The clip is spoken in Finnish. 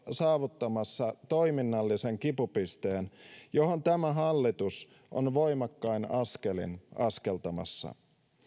saavuttamassa toiminnallisen kipupisteen johon tämä hallitus on voimakkain askelin askeltamassa